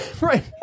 Right